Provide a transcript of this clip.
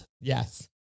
Yes